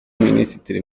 minisitiri